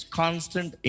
constant